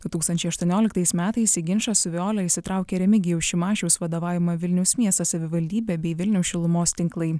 du tūkstančiai aštuonioliktais metais į ginčą su veole įsitraukė remigijaus šimašiaus vadovaujama vilniaus miesto savivaldybė bei vilniaus šilumos tinklai